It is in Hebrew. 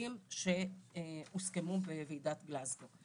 ליעדים שהוסכמו בוועידת גלזגו.